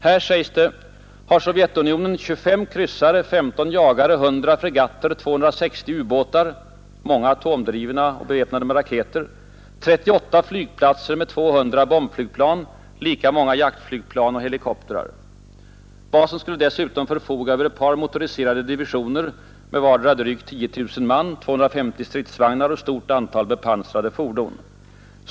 Här, sägs det, har Sovjetunionen 25 kryssare, 15 jagare, 100 fregatter, 260 u-båtar — många atomdrivna och beväpnade med raketer — 38 flygplatser med 200 bombflygplan, lika många jaktflygplan och helikoptrar. Basen skulle dessutom förfoga över ett par motoriserade divisioner med vardera drygt 10 000 man, 250 stridsvagnar och ett stort antal bepansrade fordon.